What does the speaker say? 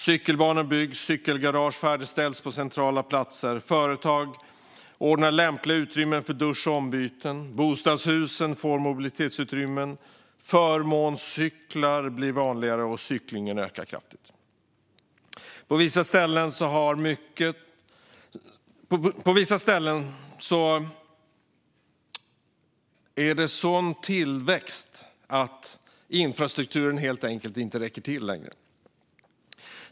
Cykelbanor byggs, cykelgarage färdigställs på centrala platser, företag ordnar lämpliga utrymmen för dusch och ombyte, bostadshus får mobilitetsutrymmen, förmånscyklar blir vanligare och cyklingen ökar kraftigt - på vissa ställen så mycket att infrastruktur inte längre räcker till.